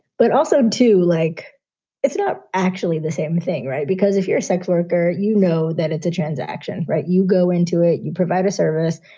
but also, too, like it's not actually the same thing. right. because if you're a sex worker, you know that it's a transaction, right? you go into it. you provide a service.